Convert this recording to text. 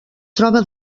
troba